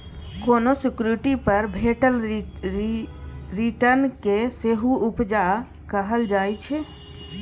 कोनो सिक्युरिटी पर भेटल रिटर्न केँ सेहो उपजा कहल जाइ छै